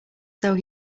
though